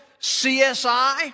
CSI